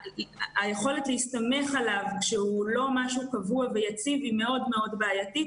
היכולת להסתמך עליו כשהוא לא משהו קבוע ויציב היא מאוד מאוד בעייתית.